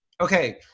okay